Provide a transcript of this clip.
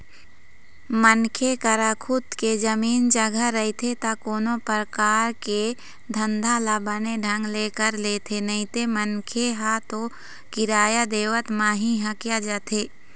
मनखे करा खुद के जमीन जघा रहिथे ता कोनो परकार के धंधा ल बने ढंग ले कर लेथे नइते मनखे ह तो किराया देवत म ही हकिया जाथे